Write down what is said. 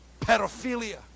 Pedophilia